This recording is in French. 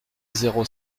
zéro